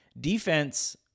Defense